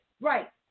Right